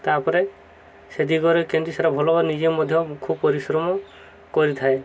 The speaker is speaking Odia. ତାପରେ ସେ ଦିଗରେ କେମିତି ସେଟା ଭଲ ନିଜେ ମଧ୍ୟ ଖୁବ ପରିଶ୍ରମ କରିଥାଏ